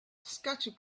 scattered